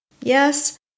Yes